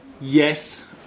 Yes